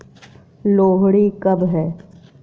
लोहड़ी कब है?